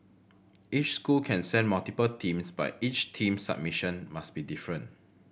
each school can send multiple teams but each team's submission must be different